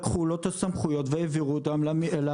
לקחו לו את הסמכויות והעבירו אותן למחוז.